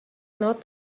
not